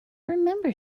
remember